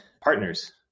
partners